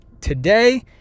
today